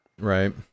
Right